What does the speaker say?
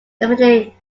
eminently